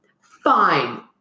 Fine